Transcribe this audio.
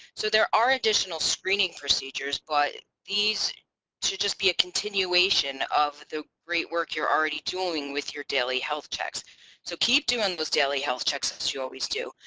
so there are additional screening procedures but these should just be a continuation of the great work you're already doing with your daily health checks so keep doing those daily health checks as you always do.